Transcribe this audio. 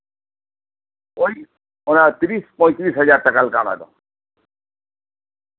ᱳᱭ ᱛᱤᱨᱤᱥ ᱯᱚᱸᱭᱛᱤᱨᱤᱥ ᱦᱟᱡᱟᱨ ᱴᱟᱠᱟᱞᱮᱠᱟ ᱚᱱᱟ ᱫᱚ